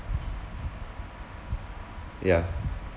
yeah